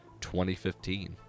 2015